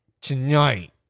tonight